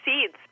seeds